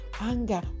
anger